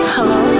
Hello